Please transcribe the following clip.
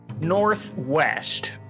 northwest